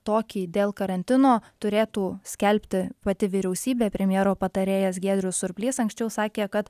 tokį dėl karantino turėtų skelbti pati vyriausybė premjero patarėjas giedrius surplys anksčiau sakė kad